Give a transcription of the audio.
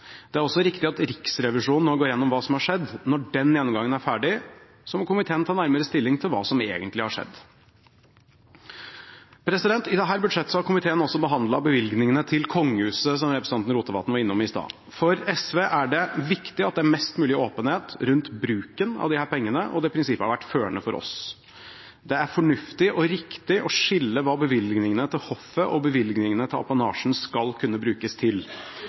Det er også riktig at Riksrevisjonen nå går igjennom hva som har skjedd. Når den gjennomgangen er ferdig, må komiteen ta stilling til hva som egentlig har skjedd. I dette budsjettet har komiteen også behandlet bevilgningene til kongehuset, som representanten Rotevatn var innom i stad. For SV er mest mulig åpenhet rundt bruken av disse pengene viktig, og det prinsippet har vært førende for oss. Det er fornuftig og riktig å skille mellom hva bevilgningene til hoffet og bevilgningene til apanasjen skal kunne brukes til.